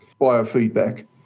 biofeedback